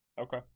Okay